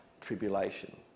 tribulation